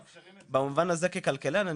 ככלכלן,